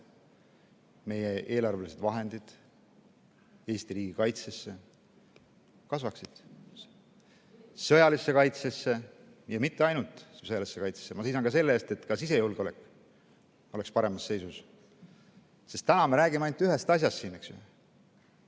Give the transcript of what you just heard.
et eelarvelised vahendid Eesti riigikaitsesse kasvaksid, sõjalisse kaitsesse ja mitte ainult sõjalisse kaitsesse, ma seisan ka selle eest, et sisejulgeolek oleks paremas seisus. Täna me räägime ainult ühest asjast siin, eks ju,